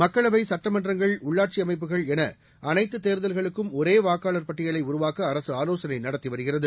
மக்களவை சட்டமன்றங்கள் உள்ளாட்சி அமைப்புகள் என அனைத்து தேர்தல்களுக்கும் ஒரே வாக்காளர் பட்டியலை உருவாக்க அரசு ஆலோசனை நடத்தி வருகிறது